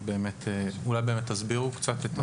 אולי תסבירו את זה קצת.